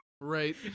Right